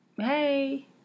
Hey